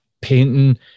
painting